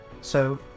so-